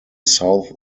south